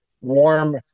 warm